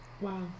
Wow